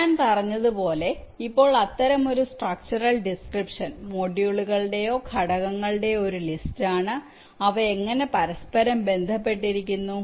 ഞാൻ പറഞ്ഞതുപോലെ ഇപ്പോൾ അത്തരമൊരു സ്ട്രക്ച്ചറൽ ഡിസ്ക്രിപ്ഷൻ മൊഡ്യൂളുകളുടെയോ ഘടകങ്ങളുടെയോ ഒരു ലിസ്റ്റാണ് അവ എങ്ങനെ പരസ്പരം ബന്ധപ്പെട്ടിരിക്കുന്നു